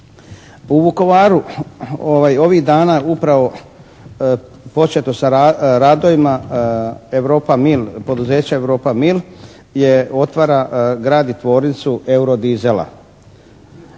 U Vukovaru ovih dana upravo početo je sa radovima poduzeća Europa-mil otvara, gradi tvornicu euro-diesela.